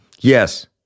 Yes